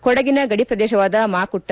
ಕೊಡಗಿನ ಗಡಿ ಗಡಿ ಶ್ರದೇಶವಾದ ಮಾಕುಟ್ಟ